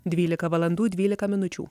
dvylika valandų dvylika minučių